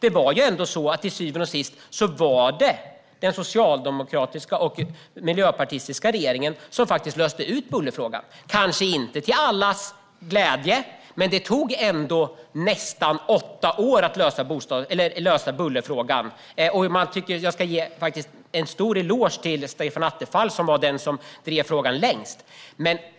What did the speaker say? Till syvende och sist var det den socialdemokratiska och miljöpartistiska regeringen som löste bullerfrågan, kanske inte till allas glädje, men det tog nästan åtta år att lösa den frågan. Jag vill ge en stor eloge till Stefan Attefall som drev frågan längst.